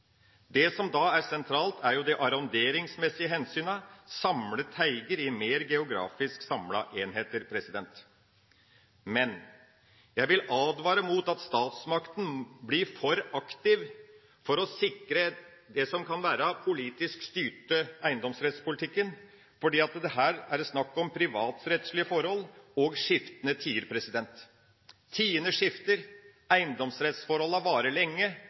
Det som da er sentralt, er de arronderingsmessige hensynene, ha teiger i mer geografisk samlede enheter. Men jeg vil advare mot at statsmakten blir for aktiv for å sikre en politisk styrt eiendomsrettspolitikk, fordi her er det snakk om privatrettslige forhold og skiftende tider. Tidene skifter, eiendomsrettsforholdene varer lenge,